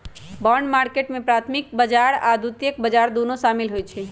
bond market में प्राथमिक बजार आऽ द्वितीयक बजार दुन्नो सामिल होइ छइ